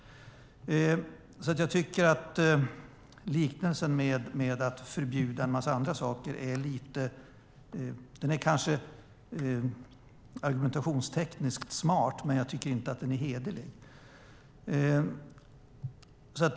Liknelsen att förbjuda en massa andra saker tycker jag alltså kanske är argumentationstekniskt smart, men jag tycker inte att den är hederlig.